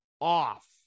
off